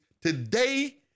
today